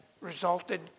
resulted